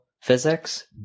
physics